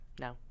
No